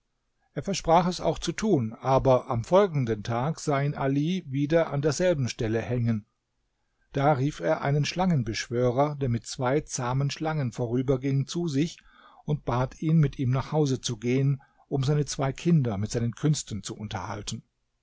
er versprach es auch zu tun aber am folgenden tag sah ihn ali wieder an derselben stelle hängen da rief er einen schlangenbeschwörer der mit zwei zahmen schlangen vorüberging zu sich und bat ihn mit ihm nach hause zu gehen um seine zwei kinder mit seinen künsten zu unterhalten